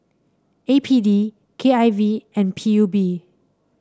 A P D K I V and P U B